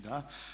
Da.